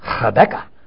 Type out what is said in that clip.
Rebecca